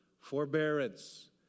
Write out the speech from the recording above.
forbearance